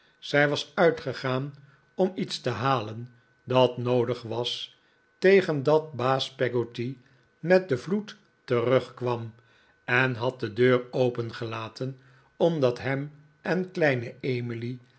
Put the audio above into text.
zij was uitgegaan om iets te halen dat noodig was tegen dat baas peggotty met den vloed terugkwam eri had de deur opengelaten omdat ham en kleine emily